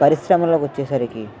పరిశ్రమంలోకి వచ్చేసరికి